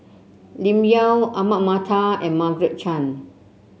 Lim Yau Ahmad Mattar and Margaret Chan